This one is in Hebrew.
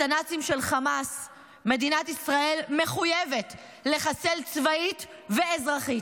את הנאצים של חמאס מדינת ישראל מחויבת לחסל צבאית ואזרחית.